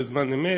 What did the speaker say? בזמן אמת.